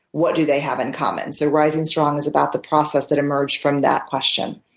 what do they have in common? so rising strong is about the process that emerged from that question.